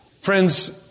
friends